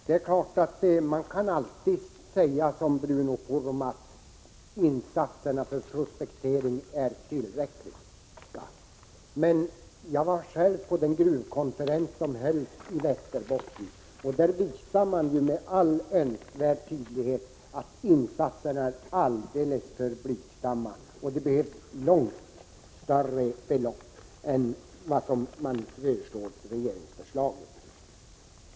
Herr talman! Det är klart att man alltid kan säga som Bruno Poromaa, att insatserna för prospekteringen är tillräckliga. Men jag var själv på den gruvkonferens som hölls i Västerbotten, och där visades med all önskvärd tydlighet att insatserna var alldeles för blygsamma och att det behövdes långt större belopp än vad regeringen föreslår.